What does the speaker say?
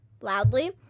loudly